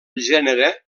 gènere